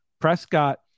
Prescott